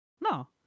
No